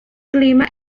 clima